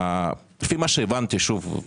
לפי הבנתי שוב,